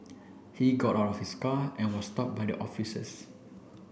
he got out of his car and was stopped by the officers